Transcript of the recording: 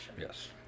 Yes